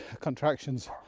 contractions